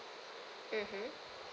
mmhmm